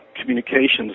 communications